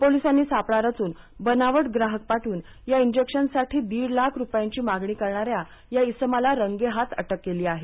पोलिसांनी सापळा रचून बनावट ग्राहक पाठवून या इंजेक्शनसाठी दीड लाख रुपयांची मागणी करणाऱ्या या इसमाला रंगेहात अटक केली आहे